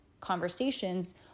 conversations